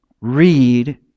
read